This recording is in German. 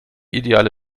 ideale